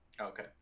Okay